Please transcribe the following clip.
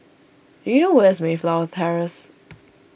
do you know where is Mayflower Terrace